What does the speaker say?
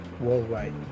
Worldwide